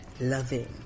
loving